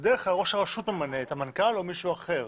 בדרך כלל ראש הרשות ממנה, את המנכ"ל או מישהו אחר.